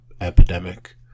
epidemic